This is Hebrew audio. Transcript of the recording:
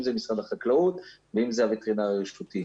אם זה משרד החקלאות ואם זה הווטרינר הרשותי.